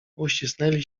uścisnęli